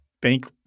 bank